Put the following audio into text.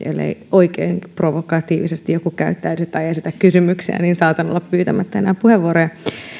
oikein provokatiivisesti joku käyttäydy tai esitä kysymyksiä saatan olla pyytämättä puheenvuoroja